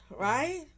right